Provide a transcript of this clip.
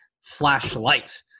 flashlight